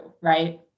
right